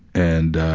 and ah,